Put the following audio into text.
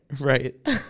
Right